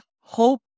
Hope